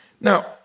Now